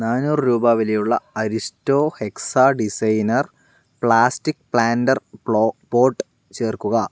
നാനൂറ് രൂപ വിലയുള്ള Aristo hexa designer plastic planter പ്ലോ പോട്ട് ചേർക്കുക